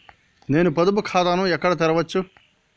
నేను పొదుపు ఖాతాను ఎక్కడ తెరవచ్చు?